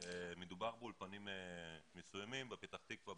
מדובר באולפנים מסוימים בפתח תקווה,